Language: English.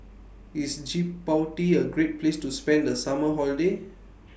IS Djibouti A Great Place to spend The Summer Holiday